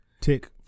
Tick